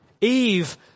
Eve